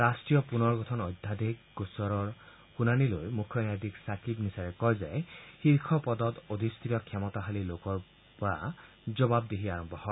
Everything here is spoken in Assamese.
ৰাষ্ট্ৰীয় পুনৰ গঠন অধ্যাদেশ গোচৰৰ শুনানি লৈ মুখ্য ন্যায়াধীশ ছাকিব নিছাৰে কয় যে শীৰ্ষ পদত অধিষ্ঠিত ক্ষমতাশালী লোকৰ পৰা জবাবদিহি আৰম্ভ কৰা হৈছে